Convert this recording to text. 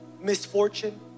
misfortune